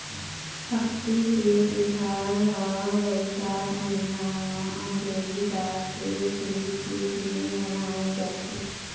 अक्ती के तिहार ह बइसाख महिना म अंजोरी पाख के तीज के दिन मनाए जाथे